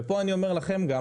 פה אני אומר גם לכם,